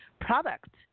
product